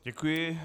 Děkuji.